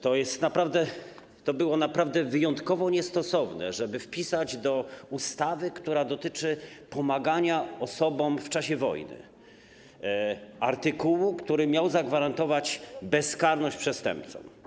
To było naprawdę wyjątkowo niestosowne, żeby wpisać do ustawy, która dotyczy pomagania osobom w czasie wojny, artykułu, który miał zagwarantować bezkarność przestępcom.